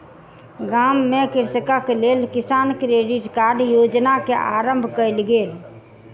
गाम में कृषकक लेल किसान क्रेडिट कार्ड योजना के आरम्भ कयल गेल